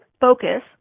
focus